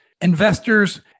investors